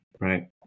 right